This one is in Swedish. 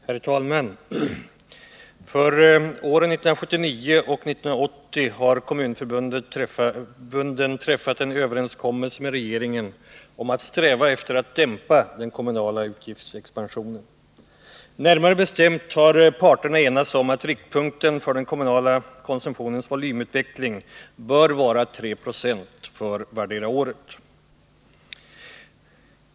Herr talman! För åren 1979 och 1980 har kommunförbunden träffat en överenskommelse med regeringen om att sträva efter att dämpa den kommunala utgiftsexpansionen. Närmare bestämt har parterna enats om att riktpunkten för den kommunala konsumtionens volymutveckling bör vara 3 Ze för vartdera året.